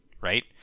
right